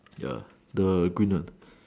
ya the green one